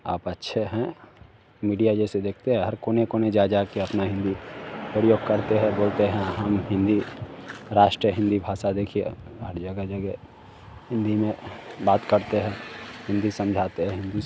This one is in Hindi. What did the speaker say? आप अच्छे हैं मीडिया जैसे देखते हैं हर कोने कोने जा जाकर अपना हिन्दी प्रयोग करते हैं बोलते हैं हम हिन्दी राष्ट्रीय हिन्दी भाषा देखिए हर जगह जगह हिन्दी में बात करते हैं हिंदी समझाते हैं हिन्दी से